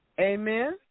Amen